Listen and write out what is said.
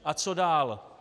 A co dál?